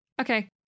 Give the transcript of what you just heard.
okay